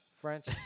French